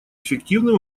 эффективным